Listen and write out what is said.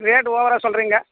rate ஓவராக சொல்கிறீங்க